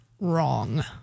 wrong